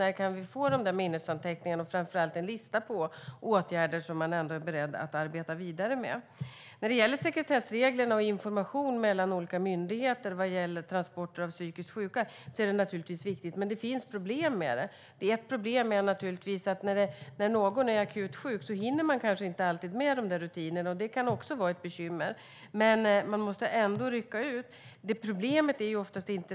När kan vi få minnesanteckningarna och en lista på åtgärder som man är beredd att arbeta vidare med? Detta med sekretessregler och information mellan olika myndigheter när det gäller transporter av psykiskt sjuka är naturligtvis viktigt, men det finns problem med det. Ett problem är förstås att om någon är akut sjuk hinner man inte alltid med denna rutin. Det kan också vara ett bekymmer, men man måste ändå rycka ut.